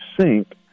sink